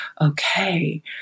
okay